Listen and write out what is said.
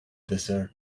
desert